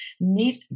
Need